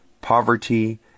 poverty